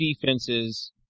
defenses